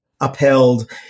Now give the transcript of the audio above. upheld